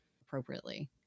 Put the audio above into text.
appropriately